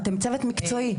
אתם צוות מקצועי.